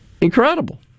Incredible